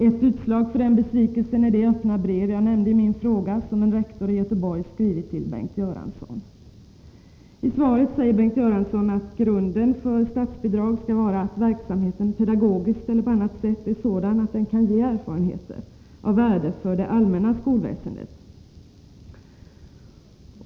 Ett utslag för denna besvikelse är det öppna brev som en rektor i Göteborg har skrivit till Bengt Göransson och som jag nämnde i min fråga. I svaret säger Bengt Göransson att grunden för statsbidrag är att verksamheten pedagogiskt eller på annat sätt är sådan att den kan ge erfarenheter av värde för det allmänna skolväsendet.